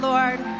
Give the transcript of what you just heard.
Lord